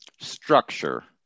Structure